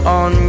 on